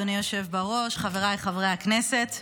אדוני היושב בראש, חבריי חברי הכנסת,